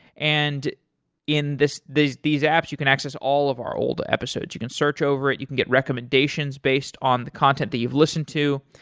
and in these these apps you can access all of our old episodes. you can search over it. you can get recommendations based on the content that you've listened to,